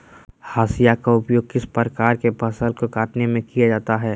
हाशिया का उपयोग किस प्रकार के फसल को कटने में किया जाता है?